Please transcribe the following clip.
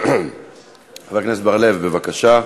חבר הכנסת בר-לב, בבקשה.